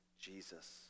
Jesus